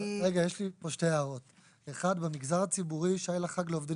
ולאחר מכן, השי לחג.